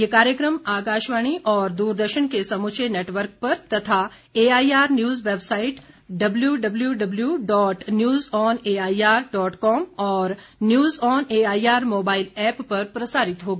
ये कार्यक्रम आकाशवाणी और दूरदर्शन के समूचे नेटवर्क पर तथा AIR news website W W W dot news on AIR dot com और news on AIR mobile app पर प्रसारित होगा